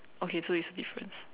okay so it's a difference